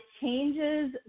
changes